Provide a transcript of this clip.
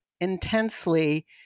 intensely